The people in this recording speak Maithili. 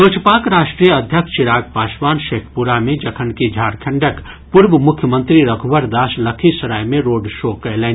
लोजपाक राष्ट्रीय अध्यक्ष चिराग पासवान शेखपुरा मे जखनकि झारखंडक पूर्व मुख्यमंत्री रघुवर दास लखीसराय मे रोड शो कयलनि